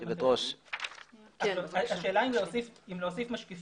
לגבי השאלה אם להוסיף משקיפים?